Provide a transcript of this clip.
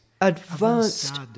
advanced